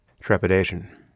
trepidation